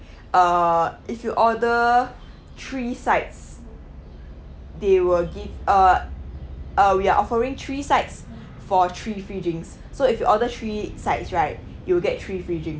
uh if you order three sides they will give uh uh we are offering three sides for three free drinks so if you order three sides right you'll get three free drinks